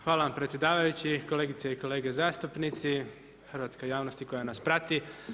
Hvala vam predsjedavajući, kolege i kolegice zastupnici, hrvatska javnost i koja nas prati.